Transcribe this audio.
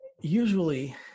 usually